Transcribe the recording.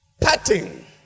patting